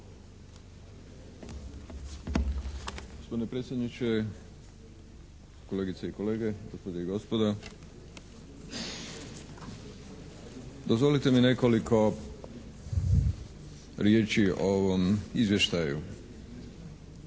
Gospodine predsjedniče, kolegice i kolege, gospođe i gospodo. Dozvolite mi nekoliko riječi o ovom Izvještaju.